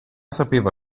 sapeva